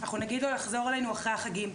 אנחנו נגיד לו לחזור אלינו אחרי החגים.